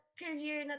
career